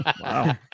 Wow